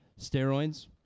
Steroids